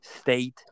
state